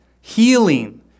healing